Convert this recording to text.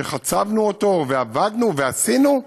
שחצבנו ועבדנו ועשינו?